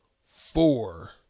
four